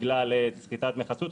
בגלל סחיטת דמי חסות.